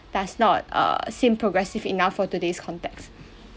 does not err seem progressive enough for today's context